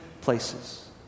places